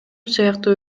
сыяктуу